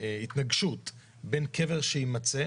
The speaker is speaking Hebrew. התנגשות בין קבר שיימצא